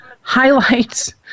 highlights